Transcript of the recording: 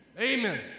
Amen